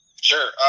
Sure